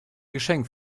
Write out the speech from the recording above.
geschenk